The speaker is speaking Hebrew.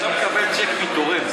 כשאתה מקבל צ'ק מתורם,